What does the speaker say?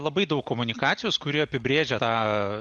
labai daug komunikacijos kuri apibrėžia tą